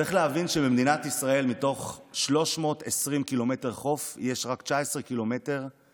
צריך להבין שבמדינת ישראל מתוך 320 קילומטר של חוף יש רק 19 קילומטר של